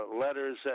letters